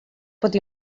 pot